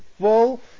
full